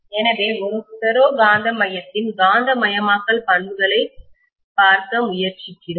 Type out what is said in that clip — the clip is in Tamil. எனவே ஒரு ஃபெரோ காந்த மையத்தின்கோர் இன் காந்தமயமாக்கல் பண்புகளைப் பார்க்க முயற்சிப்போம்